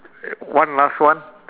one last one